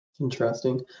interesting